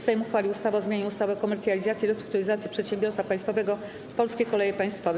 Sejm uchwalił ustawę o zmianie ustawy o komercjalizacji i restrukturyzacji przedsiębiorstwa państwowego ˝Polskie Koleje Państwowe˝